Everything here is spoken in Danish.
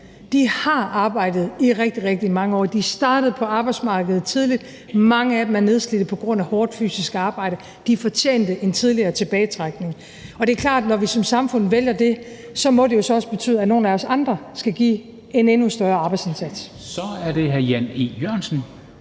De har arbejdet i rigtig, rigtig mange år. De startede på arbejdsmarkedet tidligt, og mange af dem er nedslidte på grund af hårdt fysisk arbejde. De fortjente en tidligere tilbagetrækning. Det er klart, at når vi som samfund vælger det, må det jo så også betyde, at nogle af os andre skal give en endnu større arbejdsindsats. Kl. 23:58 Formanden (Henrik